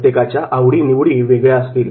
प्रत्येकाच्या आवडी निवडी वेगळ्या असतील